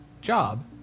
Job